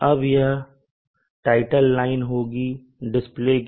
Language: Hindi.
अब यह टाइटल लाइन होगी डिस्प्ले की